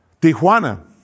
tijuana